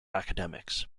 academics